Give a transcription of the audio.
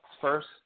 first